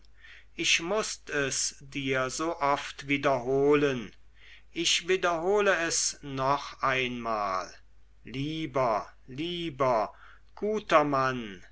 ich mußt es dir so oft wiederholen ich wiederhole es noch einmal lieber lieber guter mann